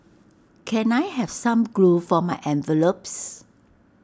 can I have some glue for my envelopes